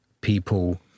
people